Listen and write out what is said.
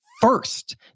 first